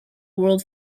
world